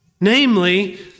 Namely